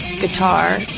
guitar